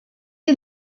est